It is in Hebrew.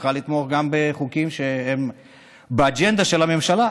צריכה לתמוך גם בחוקים שהם באג'נדה של הממשלה.